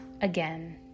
again